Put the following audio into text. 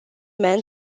man